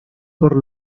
por